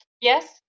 Yes